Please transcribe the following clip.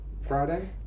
Friday